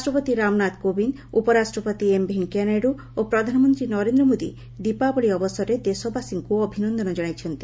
ରାଷ୍ଟ୍ରପତି ରାମନାଥ କୋବିନ୍ଦ ଉପରାଷ୍ଟ୍ରପତି ଏମ୍ ଭେଙ୍କିୟା ନାଇଡ଼ୁ ଓ ପ୍ରଧାନମନ୍ତ୍ରୀ ନରେନ୍ଦ୍ର ମୋଦି ଦୀପାବଳି ଅବସରରେ ଦେଶବାସୀଙ୍କ ଅଭିନନ୍ଦନ ଜଣାଇଛନ୍ତି